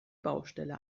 baustelle